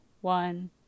one